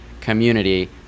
community